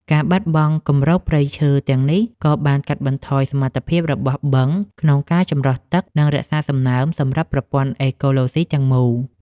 ការបាត់បង់គម្របព្រៃឈើទាំងនេះ ក៏បានកាត់បន្ថយសមត្ថភាពរបស់បឹងក្នុងការចម្រោះទឹក និងរក្សាសំណើមសម្រាប់ប្រព័ន្ធអេកូឡូស៊ីទាំងមូល។